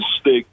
stick